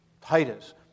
Titus